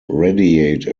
radiate